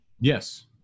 Yes